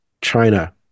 China